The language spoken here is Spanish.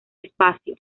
espacio